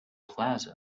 plaza